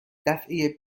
دفعه